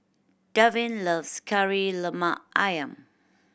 Darvin loves Kari Lemak Ayam